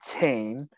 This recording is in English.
team